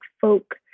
folk